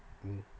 mm